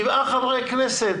אנחנו פה שבעה חברי כנסת,